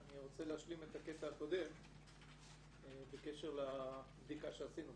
אני רוצה להשלים את הקטע הקודם בקשר לבדיקה שעשינו.